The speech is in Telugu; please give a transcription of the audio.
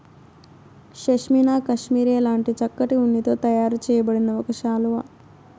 పష్మీనా కష్మెరె లాంటి చక్కటి ఉన్నితో తయారు చేయబడిన ఒక శాలువా